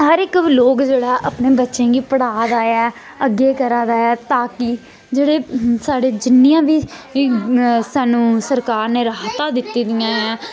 हर इक लोक जेह्ड़ा ऐ अपने बच्चें गी पढ़ा दा ऐ अग्गें करा दा ऐ ताकि जेह्ड़े साढ़े जिन्नियां बी सानूं सरकार ने राहतां दित्ती दियां ऐ